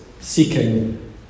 seeking